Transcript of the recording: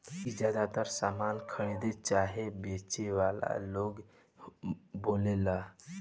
ई ज्यातर सामान खरीदे चाहे बेचे वाला लोग बोलेला